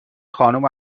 خانوم